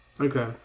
Okay